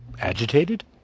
Agitated